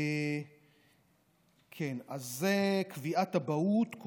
זה קביעת אבהות,